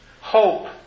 hope